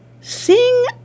Sing